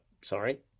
sorry